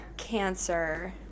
cancer